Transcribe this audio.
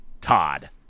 Todd